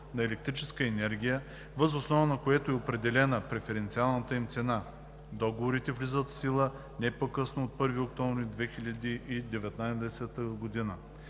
на електрическа енергия, въз основа на което е определена преференциалната им цена. Договорите влизат в сила не по-късно от 1 октомври 2019 г.